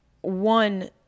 one